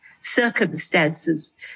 circumstances